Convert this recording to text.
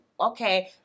okay